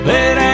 Let